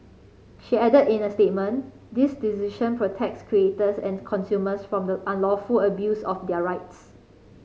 she added in a statement this decision protects creators and consumers from the unlawful abuse of their rights